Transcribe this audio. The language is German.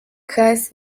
kreis